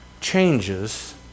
changes